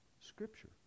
Scripture